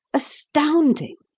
astounding!